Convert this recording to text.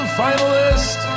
finalist